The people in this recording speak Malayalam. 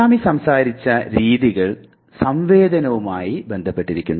നാം ഈ സംസാരിച്ച രീതികൾ സംവേദനവുമായി ബന്ധപ്പെട്ടിരിക്കുന്നു